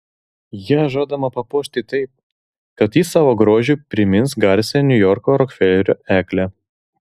ją žadama papuošti taip kad ji savo grožiu primins garsiąją niujorko rokfelerio eglę